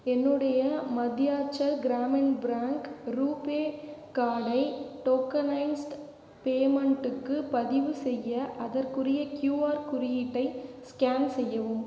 என்னுடைய மத்தியான்ச்சல் கிராமின் பேங்க் ரூபே கார்டை டோகனைஸ்ட் பேமெண்ட்டுக்கு பதிவுசெய்ய அதற்குரிய க்யூஆர் குறியீட்டை ஸ்கேன் செய்யவும்